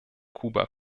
kuba